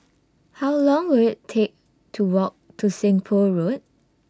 How Long Will IT Take to Walk to Seng Poh Road